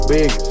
Big